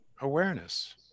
awareness